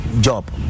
job